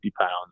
pounds